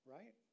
Right